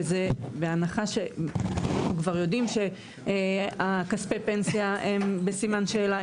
בהנחה שכבר יודעים שכספי הפנסיה הם בסימן שאלה,